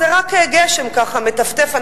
זה רק גשם ככה מטפטף.